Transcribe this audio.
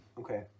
Okay